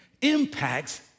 impacts